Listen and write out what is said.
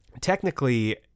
technically